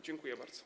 Dziękuję bardzo.